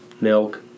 milk